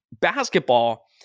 Basketball